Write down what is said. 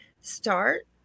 start